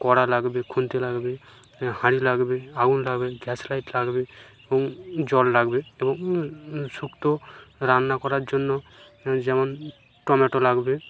কড়া লাগবে খুন্তি লাগবে হাঁড়ি লাগবে আগুন লাগবে গ্যাস লাইট লাগবে এবং জল লাগবে এবং শুক্তো রান্না করার জন্য যেমন টম্যাটো লাগবে